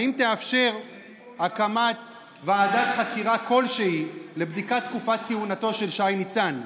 האם תאפשר הקמת ועדת חקירה כלשהי לבדיקת תקופת כהונתו של שי ניצן?